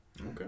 Okay